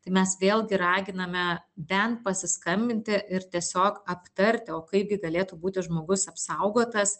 tai mes vėlgi raginame bent pasiskambinti ir tiesiog aptarti o kaipgi galėtų būti žmogus apsaugotas